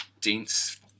dense